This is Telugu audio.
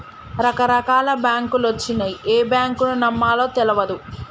రకరకాల బాంకులొచ్చినయ్, ఏ బాంకును నమ్మాలో తెల్వదు